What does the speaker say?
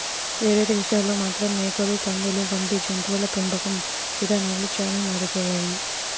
వేరే దేశాల్లో మాత్రం మేకలు, పందులు వంటి జంతువుల పెంపకం ఇదానాలు చానా మారిపోయాయి